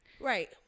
right